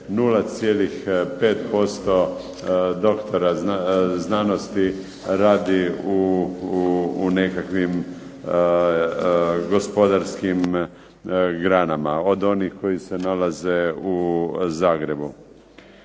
0,5% doktora znanosti radi u nekakvim gospodarskim granama, od onih koji se nalaze u Zagrebu.